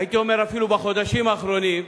הייתי אומר אפילו בחודשים האחרונים,